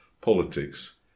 politics